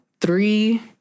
three